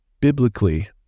biblically